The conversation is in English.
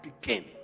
begin